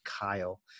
Kyle